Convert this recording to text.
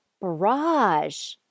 barrage